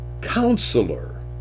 counselor